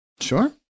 Sure